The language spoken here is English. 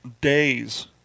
days